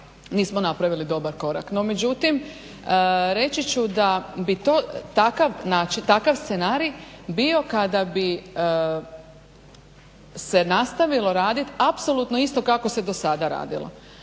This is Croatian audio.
nismo napravili dobar korak. No međutim reći ću da bi to takav scenarij bio kada bi se nastavilo radit apsolutno isto kako se dosada radilo.